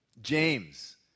James